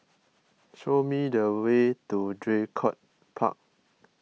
show me the way to Draycott Park